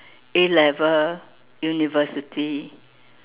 A-level university